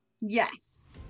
Yes